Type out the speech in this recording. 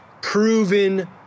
proven